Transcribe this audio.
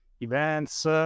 events